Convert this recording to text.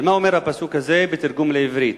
ומה אומר הפסוק הזה בתרגום לעברית?